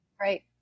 Right